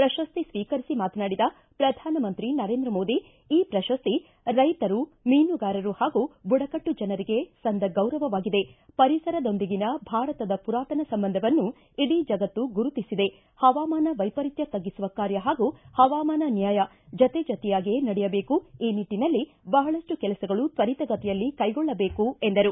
ಪ್ರಶಸ್ತಿ ಸ್ವೀಕರಿಸಿ ಮಾತನಾಡಿದ ಪ್ರಧಾನಮಂತ್ರಿ ನರೇಂದ್ರ ಮೋದಿ ಈ ಪ್ರಶಸ್ತಿ ರೈತರು ಮೀನುಗಾರು ಹಾಗೂ ಬುಡಕಟ್ಟು ಜನರಿಗೆ ಸಂದ ಗೌರವವಾಗಿದೆ ಪರಿಸರದೊಂದಿಗಿನ ಭಾರತದ ಪುರಾತನ ಸಂಬಂಧವನ್ನು ಇಡೀ ಜಗತ್ತು ಗುರುತಿಸಿದೆ ಹವಾಮಾನ ವೈಪರಿತ್ಯ ತಗ್ಗಿಸುವ ಕಾರ್ಯ ಹಾಗೂ ಪವಾಮಾನ ನ್ಯಾಯ ಜತೆ ಜತೆಯಾಗಿಯೇ ನಡೆಯಬೇಕು ಈ ನಿಟ್ಟನಲ್ಲಿ ಬಹಳಷ್ಟು ಕೆಲಸಗಳು ತ್ವರಿತ ಗತಿಯಲ್ಲಿ ಕೈಗೊಳ್ಳಬೇಕು ಎಂದರು